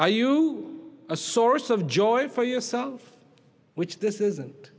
are you a source of joy for yourself which this isn't